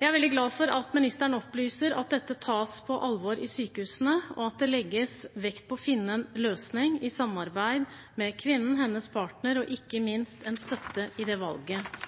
Jeg er veldig glad for at ministeren opplyser at dette tas på alvor i sykehusene, og at det legges vekt på å finne en løsning i samarbeid med kvinnen og hennes partner, og ikke minst at de støttes i det valget